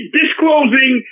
disclosing